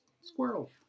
squirrel